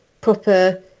proper